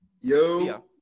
Yo